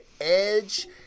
edge